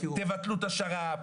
תבטלו את השר"פ,